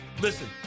Listen